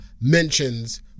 mentions